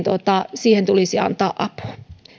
siihen tulisi antaa apu